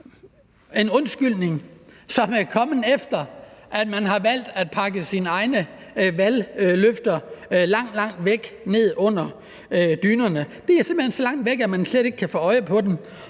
en undskyldning, som er kommet, efter at man har valgt at pakke sine egne valgløfter langt, langt væk, ned under dynerne. De er simpelt hen så langt væk, at man slet ikke kan få øje på dem,